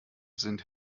sind